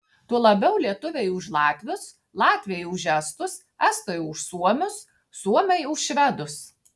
tuo labiau lietuviai už latvius latviai už estus estai už suomius suomiai už švedus